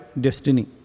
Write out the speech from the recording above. destiny